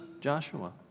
Joshua